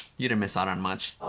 you didn't miss out on much.